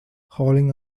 hauling